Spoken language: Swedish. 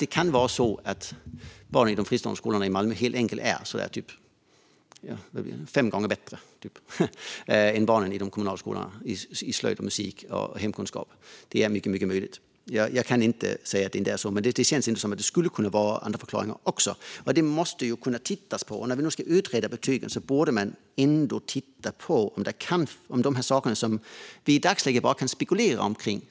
Det kan vara så att barnen i de fristående skolorna i Malmö helt enkelt är fem gånger bättre i slöjd, musik och hemkunskap än barnen i de kommunala skolorna. Det är mycket möjligt - jag kan inte säga att det inte är så - men det känns ändå som att det även skulle kunna finnas andra förklaringar. Man måste ju kunna titta på detta. När man nu ska utreda betygen borde man titta på de saker som vi i dagsläget bara kan spekulera om.